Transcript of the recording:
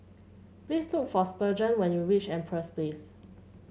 please look for Spurgeon when you reach Empress Place